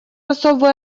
особую